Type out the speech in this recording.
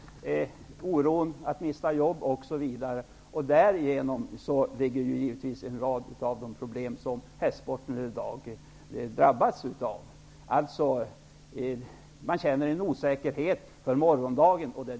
Det gäller oron för att man skall mista sitt jobb osv. Häri finner vi naturligtvis grunden till en rad av de problem som hästsporten i dag drabbas av. Människor känner osäkerhet inför morgondagen.